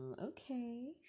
okay